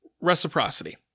reciprocity